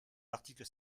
l’article